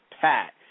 pat